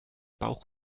bauch